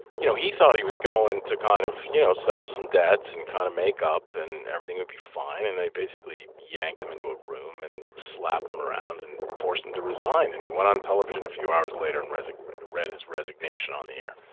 you know he thought he was going to kind of you know settle some debts and kind of make up and everything would be fine. and they basically yanked him into a room and slapped him around and forced him to resign. and he went on television a few hours later and read his resignation on the air.